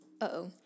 uh-oh